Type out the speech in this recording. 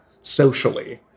socially